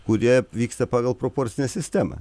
kurie vyksta pagal proporcinę sistemą